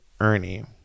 Ernie